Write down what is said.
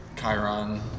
Chiron